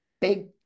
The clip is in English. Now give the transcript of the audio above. big